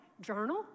journal